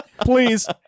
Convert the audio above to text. Please